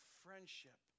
friendship